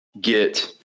get